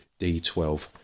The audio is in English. D12